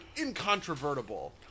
incontrovertible